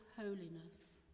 holiness